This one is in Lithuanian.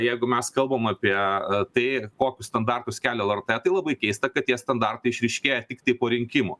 jeigu mes kalbam apie tai kokius standartus kelia lrt tai labai keista kad tie standartai išryškėja tiktai po rinkimų